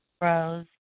Rose